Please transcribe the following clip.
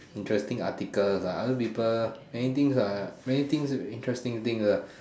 interesting articles ah other people many things are many things is interesting things uh